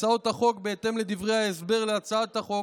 הצעות החוק, בהתאם לדברי ההסבר להצעות החוק,